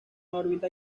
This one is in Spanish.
órbita